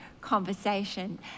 conversation